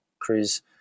cruise